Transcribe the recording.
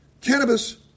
cannabis